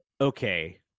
okay